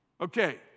Okay